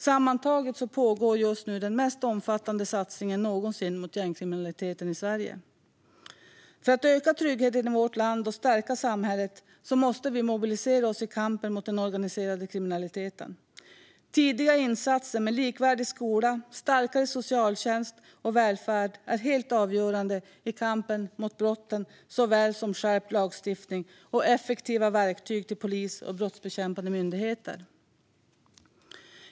Sammantaget pågår just nu den mest omfattande satsningen någonsin mot gängkriminaliteten i Sverige. För att öka tryggheten i vårt land och stärka samhället måste vi mobilisera oss i kampen mot den organiserade kriminaliteten. Tidiga insatser med en likvärdig skola och en starkare socialtjänst och välfärd är helt avgörande i kampen mot brotten såväl som skärpt lagstiftning och effektiva verktyg till polis och brottsbekämpande myndigheter.